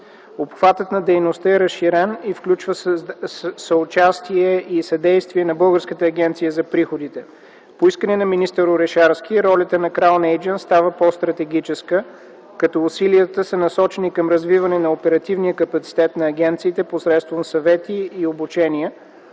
Обхватът на дейността е разширен и включва съучастие и съдействие на Българската агенция за приходите. По искане на министър Орешарски ролята на „Краун Eйджънтс” става по-стратегическа, като усилията са насочени към развиване на оперативния капацитет на агенциите посредством съвети и обучения.